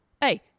Hey